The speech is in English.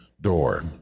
door